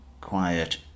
Quiet